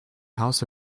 house